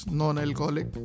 non-alcoholic